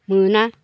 मोना